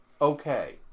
okay